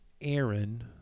aaron